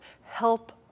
help